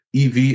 ev